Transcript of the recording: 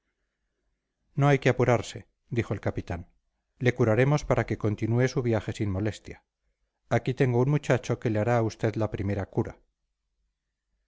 no hay que apurarse dijo el capitán le curaremos para que continúe su viaje sin molestia aquí tengo un muchacho que le hará a usted la primera cura